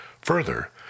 Further